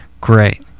great